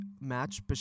match